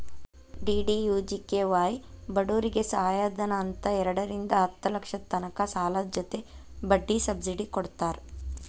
DDUGKY ಬಡೂರಿಗೆ ಸಹಾಯಧನ ಅಂತ್ ಎರಡರಿಂದಾ ಹತ್ತ್ ಲಕ್ಷದ ತನಕ ಸಾಲದ್ ಜೊತಿ ಬಡ್ಡಿ ಸಬ್ಸಿಡಿ ಕೊಡ್ತಾರ್